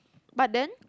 but then